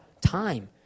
time